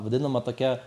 vadinama tokia